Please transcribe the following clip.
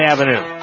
Avenue